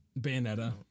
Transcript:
Bayonetta